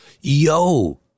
yo